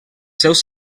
seus